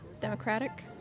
Democratic